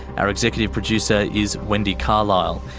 our executive producer is wendy carlisle,